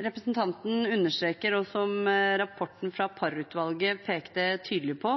representanten understreker, og som rapporten fra Parr-utvalget pekte tydelig på,